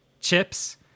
Chips